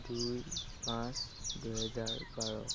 দুই পাঁচ দুহেজাৰ বাৰ